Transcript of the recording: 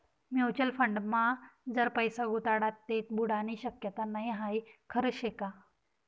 Mutual फंडमा जर पैसा गुताडात ते बुडानी शक्यता नै हाई खरं शेका?